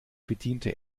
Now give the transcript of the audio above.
bediente